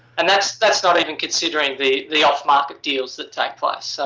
and that's that's not even considering the the off-market deals that take place.